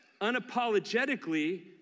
unapologetically